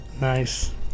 Nice